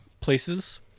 places